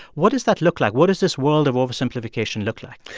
what does that look like? what does this world of oversimplification look like?